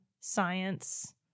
science